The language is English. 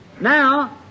Now